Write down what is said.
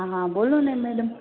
હા બોલો ને મેડમ